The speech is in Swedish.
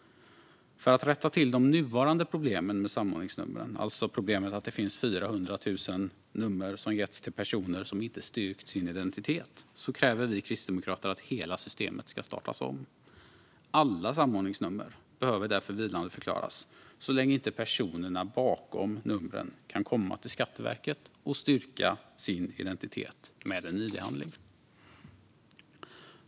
För att rätta till de nuvarande problemen med samordningsnumren, alltså att det finns 400 000 nummer som getts till personer som inte styrkt sin identitet, kräver vi kristdemokrater att hela systemet ska startas om. Alla samordningsnummer behöver därför vilandeförklaras så länge inte personerna bakom numren kan komma till Skatteverket och styrka sin identitet med en id-handling.